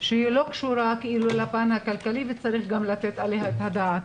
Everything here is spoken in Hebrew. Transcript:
שלא קשורה לפן הכלכלי וצריך גם לתת עליה את הדעת: